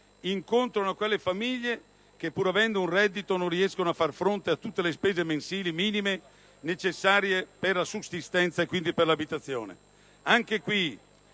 incontrano quelle famiglie che, pur avendo un reddito, non riescono a far fronte a tutte le spese mensili minime necessarie per la sussistenza e per l'abitazione. Per